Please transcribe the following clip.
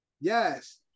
Yes